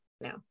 No